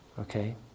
Okay